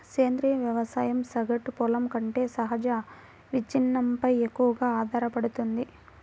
సేంద్రీయ వ్యవసాయం సగటు పొలం కంటే సహజ విచ్ఛిన్నంపై ఎక్కువగా ఆధారపడుతుంది